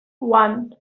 one